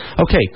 Okay